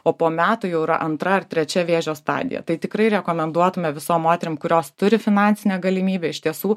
o po metų jau yra antra ar trečia vėžio stadija tai tikrai rekomenduotume visom moterim kurios turi finansinę galimybę iš tiesų